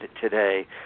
today